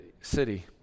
city